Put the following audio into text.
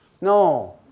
no